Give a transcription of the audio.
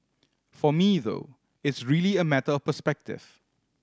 for me though it's really a matter of perspective